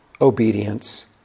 obedience